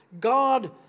God